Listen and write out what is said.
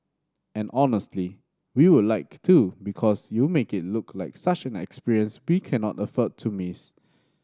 and honestly we would like to because you make it look like such an experience we cannot afford to miss